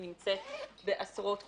היא נמצאת בעשרות חוקים.